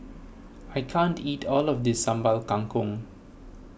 I can't eat all of this Sambal Kangkong